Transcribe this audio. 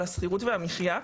על השכירות והמחייה,